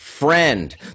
friend